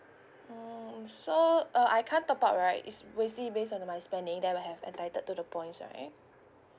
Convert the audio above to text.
mm so uh I can't top up right is basically based on my spending that will have entitled to the points right